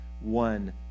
one